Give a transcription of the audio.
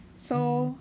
so